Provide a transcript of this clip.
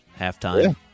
halftime